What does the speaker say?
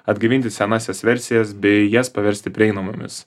atgaivinti senąsias versijas bei jas paversti prieinamomis